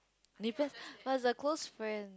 differs but it's a close friend